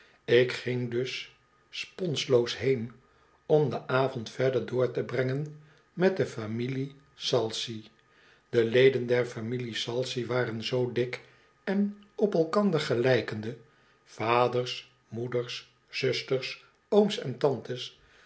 ik ging dus sponsloos heen om den avond verder door te brengen mot de familie p salcy de leden der familie p salcy waren zoo dik en op elkander gelijkende vaders moeders zusters ooms en tantes